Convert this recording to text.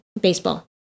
baseball